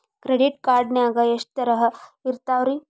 Credit card ನಾಗ ಎಷ್ಟು ತರಹ ಇರ್ತಾವ್ರಿ?